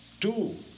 Two